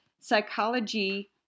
Psychology